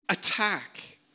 Attack